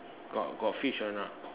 got got fish or not